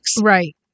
Right